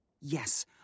Yes